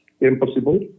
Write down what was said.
impossible